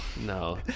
No